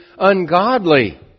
ungodly